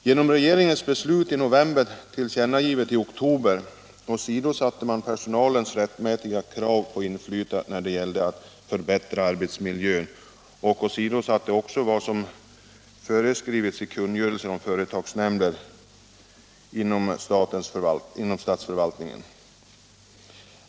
Genom regeringens beslut i november, tillkännagivet i oktober, åsidosattes personalens rättmätiga krav på inflytande när det gäller att förbättra arbetsmiljön. Det åsidosatte också vad som föreskrives i kungörelsen om företagsnämnder inom statsförvaltningen.